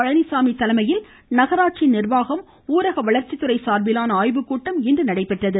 பழனிச்சாமி தலைமையில் நகராட்சி நிர்வாகம் ஊரக வளர்ச்சித்துறை சார்பிலான ஆய்வுக்கூட்டம் இன்று நடைபெற்றது